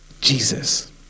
Jesus